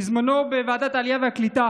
בזמנו, בוועדת העלייה והקליטה